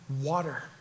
water